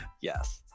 Yes